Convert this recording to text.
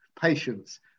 Patience